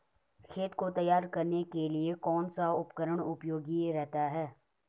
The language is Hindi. खेत को तैयार करने के लिए कौन सा उपकरण उपयोगी रहता है?